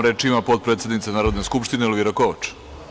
Reč ima potpredsednica Narodne skupštine Elvira Kovač.